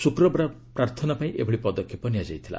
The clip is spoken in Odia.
ଶୁକ୍ରବାର ପ୍ରାର୍ଥନା ପାଇଁ ଏଭଳି ପଦକ୍ଷେପ ନିଆଯାଇଥିଲା